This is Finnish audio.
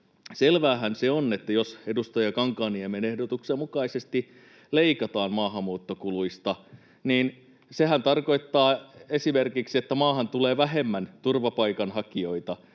Selväähän se on, että jos edustaja Kankaanniemen ehdotuksen mukaisesti leikataan maahanmuuttokuluista, niin sehän tarkoittaa esimerkiksi, että maahan tulee vähemmän turvapaikanhakijoita,